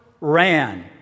ran